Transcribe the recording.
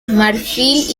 marfil